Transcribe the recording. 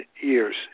years